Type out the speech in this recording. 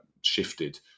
shifted